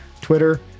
Twitter